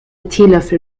teelöffel